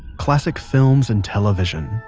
classic films and television,